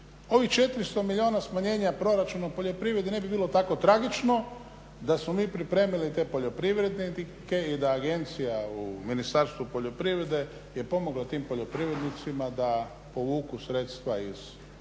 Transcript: ovih 400 milijuna smanjenja proračuna u poljoprivredi ne bi bilo tako tragično da smo mi pripremili te poljoprivrednike i da agencija u Ministarstvu poljoprivrede je pomogla tim poljoprivrednicima da povuku sredstva iz europskog